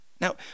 Now